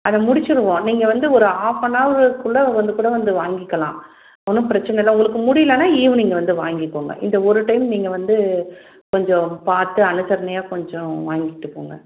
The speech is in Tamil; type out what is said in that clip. அதை முடிச்சுருவோம் நீங்கள் வந்து ஒரு ஆஃப்பனார்க்குள்ளே வந்துக்கூட வந்து வாங்கிக்கலாம் ஒன்றும் பிரச்சனை இல்லை உங்களுக்கு முடியலன்னா ஈவினிங் வந்து வாங்கிக்கோங்க இந்த ஒரு டைம் நீங்கள் வந்து கொஞ்சம் பார்த்து அனுசரணையாக கொஞ்சம் வாங்கிகிட்டு போங்க